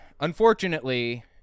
Unfortunately